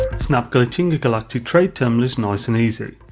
snap glitching a galactic trade terminal is nice and easy.